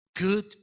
good